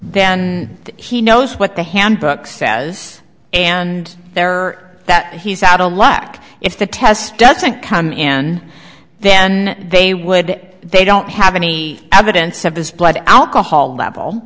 then he knows what the handbook says and there are that he's outta luck if the test doesn't come in then they would that they don't have any evidence of this blood alcohol level